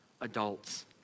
adults